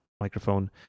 microphone